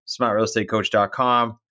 smartrealestatecoach.com